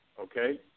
Okay